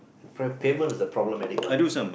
payment is the problematic one